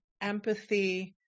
empathy